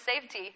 safety